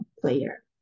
player